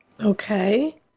okay